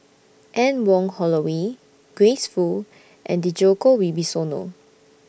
Anne Wong Holloway Grace Fu and Djoko Wibisono